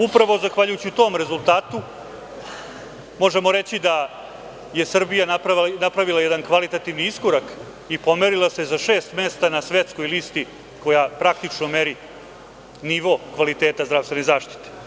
Upravo zahvaljujući tom rezultatu, možemo reći da je Srbija napravila jedan kvalitativni iskorak i pomerila se za šest mesta na svetskoj listi koja praktično meri nivo kvaliteta zdravstvene zaštite.